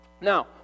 Now